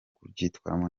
kubyitwaramo